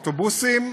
לאוטובוסים.